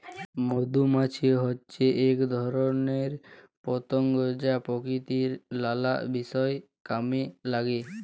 মধুমাছি হচ্যে এক ধরণের পতঙ্গ যা প্রকৃতির লালা বিষয় কামে লাগে